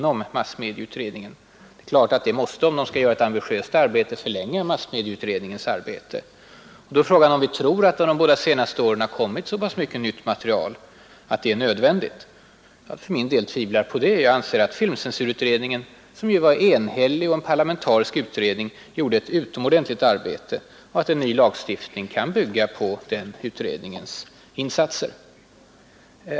Om massmedieutredningen skall göra ett ambitiöst arbete är Nr 62 det klart att det måste förlänga den tid den kommer att sitta. Torsdagen den Då är frågan om vi tror att det under de båda senaste åren kommit så 20 april 1972 pass mycket nytt material att det här nya utredandet är nödvändigt. Jag ————— för min del tvivlar på det. Jag anser att filmcensurutredningen, som ju var — Avskaffande av filmenhällig och parlamentarisk, gjorde ett utomordentligt arbete, att en ny censuren för vuxna, m.m. lagstiftning kan bygga på den utredningens insatser.